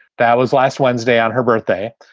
that was last wednesday on her birthday.